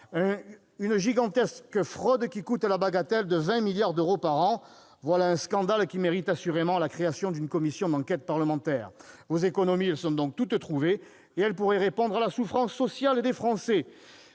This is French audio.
Cette gigantesque fraude coûte la bagatelle de 20 milliards d'euros par an. Voilà un scandale qui mérite assurément la création d'une commission d'enquête parlementaire. Vos économies sont donc toutes trouvées, et elles pourraient permettre de répondre à la souffrance sociale des Français.